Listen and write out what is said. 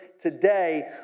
today